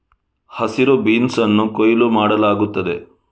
ಹಸಿರು ಬೀನ್ಸ್ ಅನ್ನು ಕೊಯ್ಲು ಮಾಡಲಾಗುತ್ತದೆ